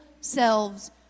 selves